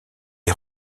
est